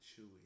chewy